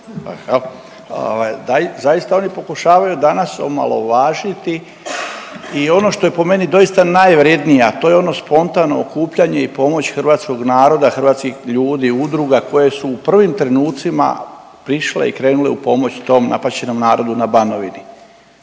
zaista oni pokušavaju danas omalovažiti i ono što je po meni doista najvrjednije, a to je ono spontano okupljanje i pomoć hrvatskog naroda, hrvatskih ljudi i udruga koje su u prvim trenucima prišle i krenule u pomoć tom napaćenom narodu na Banovini.